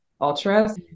ultra